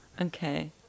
Okay